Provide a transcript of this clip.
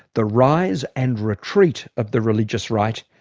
the rise and retreat of the religious right,